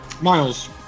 Miles